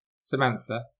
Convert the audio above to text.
Samantha